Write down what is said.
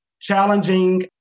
challenging